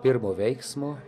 pirmo veiksmo